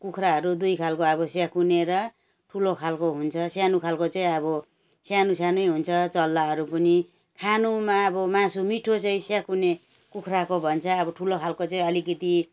कुखुराहरू दुई खाले अब स्याकिने र ठुलो खाले हुन्छ सानो खाले चाहिँ अब सानो सानो हुन्छ चल्लाहरू पनि खानुमा अब मासु मिठो चाहिँ स्याकिने कुखुराको भन्छ अब ठुलो खाले चाहिँ अलिकिति